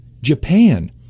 Japan